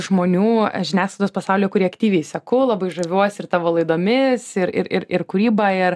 žmonių žiniasklaidos pasaulyje kurį aktyviai seku labai žaviuosi ir tavo laidomis ir ir ir ir kūryba ir